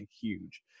huge